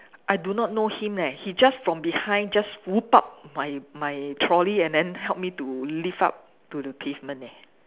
I do not know him eh he just from behind just moved up my my trolley and then help me to lift up to the pavement eh